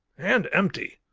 and empty.